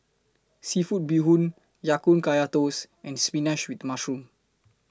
Seafood Bee Hoon Ya Kun Kaya Toast and Spinach with Mushroom